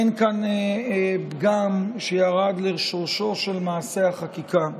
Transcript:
אין כאן פגם שירד לשורשו של מעשה החקיקה,